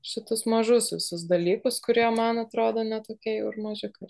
šituos mažus visus dalykus kurie man atrodo ne tokie jau ir mažiukai